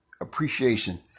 appreciation